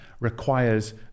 requires